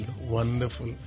Wonderful